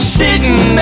sitting